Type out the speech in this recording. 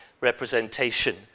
representation